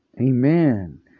Amen